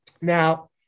Now